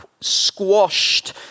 squashed